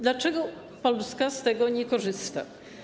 Dlaczego Polska z tego nie korzysta?